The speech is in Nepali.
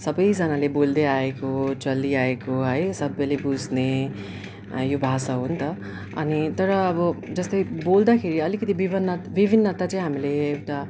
सबैजनाले बोल्दै आएको चलिआएको है सबैले बुझ्ने यो भाषा हो नि त अनि तर अब जस्तै बोल्दाखेरि अलिकति विभन्न विभिन्नता चाहिँ हामीले एउटा